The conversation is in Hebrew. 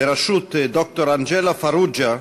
בראשות ד"ר אנג'לו פרוג'ה,